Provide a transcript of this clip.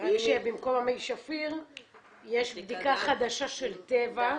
במקום מי שפיר יש בדיקה חדשה של טבע,